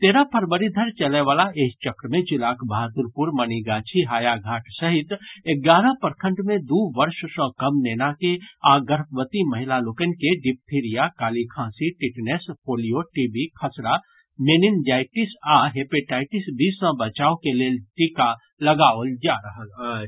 तेरह फरवरी धरि चलय वला एहि चक्र मे जिलाक बहादुरपुर मणिगाछी हायाघाट सहित एगारह प्रखंड मे दू वर्ष सँ कम नेना के आ गर्भवती महिला लोकनि के डिप्थीरिया काली खांसी टिटनेस पोलियो टीबी खसरा मेनिनजाईटिस आ हेपेटाईटिस बी सँ बचाव के लेल टीका लगाओल जा रहल अछि